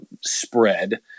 spread